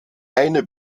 eine